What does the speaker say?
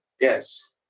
Yes